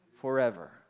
forever